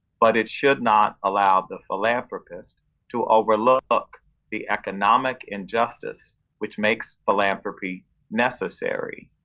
but it should not allow the philanthropist to overlook the economic injustice which makes philanthropy necessary.